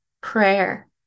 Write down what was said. prayer